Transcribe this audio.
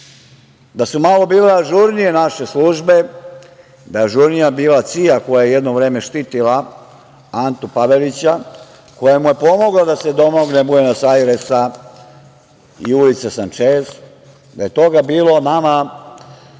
da su malo bile ažurnije naše službe, da je ažurnija bila CIA koja je jedno vreme štitila Antu Pavelića, koja mu je pomogla da se domogne Buenos Ajresa i ulice Sančez, da je toga bilo nama